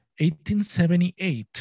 1878